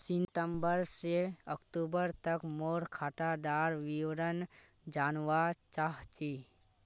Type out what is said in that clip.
सितंबर से अक्टूबर तक मोर खाता डार विवरण जानवा चाहची?